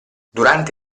durante